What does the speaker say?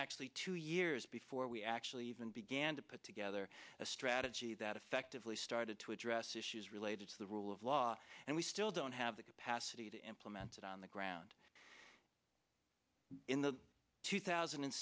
actually two years before we actually even began to put together a strategy that effectively started to address issues related to the rule of law and we still don't have the capacity to implemented on the ground in the two thousand and